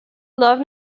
love